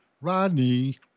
Rodney